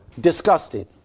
Disgusted